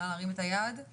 נא להרים את היד.